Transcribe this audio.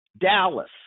Dallas